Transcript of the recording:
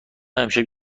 امشب